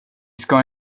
ska